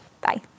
Bye